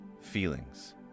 feelings